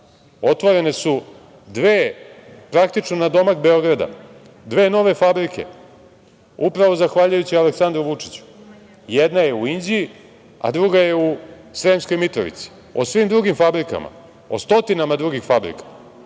otvorene su dve praktično nadomak Beograda dve nove fabrike, upravo zahvaljujući Aleksandru Vučiću. Jedna je u Inđiji, a druga je u Sremskoj Mitrovici. O svim drugim fabrikama, o stotinama drugih fabrika,